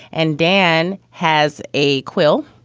and dan has a quill,